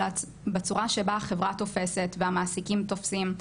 אלא בצורה שבה החברה תופסת והמעסיקים תופסים,